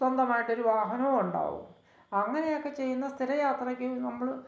സ്വന്തമായിട്ടൊരു വാഹനവുമുണ്ടാവും അങ്ങനെയൊക്കെ ചെയ്യുന്ന സ്ഥിരം യാത്രയ്ക്ക് നമ്മള്